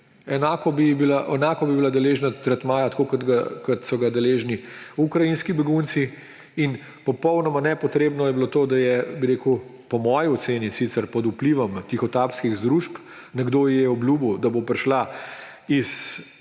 enako bi bila deležna tretmaja, kot so ga deležni ukrajinski begunci. In popolnoma nepotrebno je bilo to, da je ‒ bi rekel po moji oceni – sicer pod vplivom tihotapskih združb, nekdo ji je obljubil, da bo prišla iz